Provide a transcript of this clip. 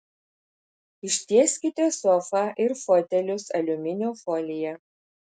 ištieskite sofą ir fotelius aliuminio folija